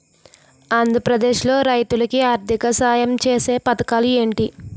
ఆంధ్రప్రదేశ్ లో రైతులు కి ఆర్థిక సాయం ఛేసే పథకాలు ఏంటి?